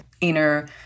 inner